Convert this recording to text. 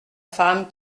femme